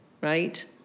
right